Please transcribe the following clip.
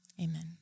Amen